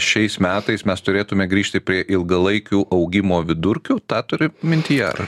šiais metais mes turėtume grįžti prie ilgalaikių augimo vidurkių tą turi mintyje ar